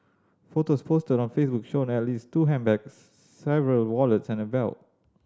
photos posted on Facebook showed at least two handbags several wallets and a belt